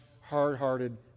hard-hearted